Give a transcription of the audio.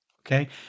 Okay